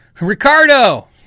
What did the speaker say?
Ricardo